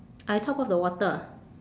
I top up the water